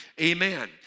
Amen